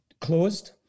closed